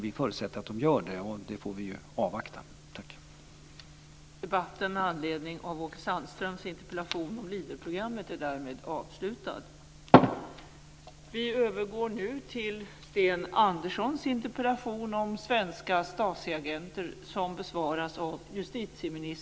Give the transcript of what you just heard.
Vi förutsätter att den gör det, men vi får avvakta besked på den punkten.